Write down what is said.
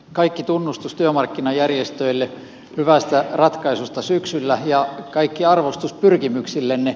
kaikki tunnustus työmarkkinajärjestöille hyvästä ratkaisusta syksyllä ja kaikki arvostus pyrkimyksillenne